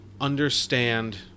understand